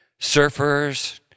surfers